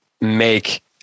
make